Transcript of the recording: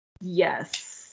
Yes